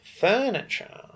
Furniture